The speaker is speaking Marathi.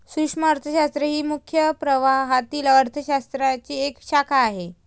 सूक्ष्म अर्थशास्त्र ही मुख्य प्रवाहातील अर्थ शास्त्राची एक शाखा आहे